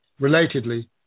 Relatedly